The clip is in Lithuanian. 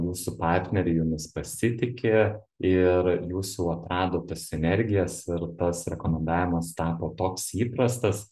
jūsų partneriai jumis pasitiki ir jūs jau atradot tas sinergijas ir tas rekomendavimas tapo toks įprastas